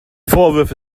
vorwürfe